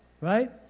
Right